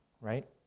right